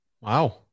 wow